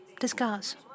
discuss